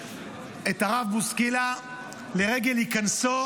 את הרב בוסקילה לרגל היכנסו